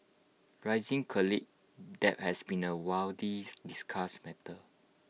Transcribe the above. rising college debt has been A discussed matter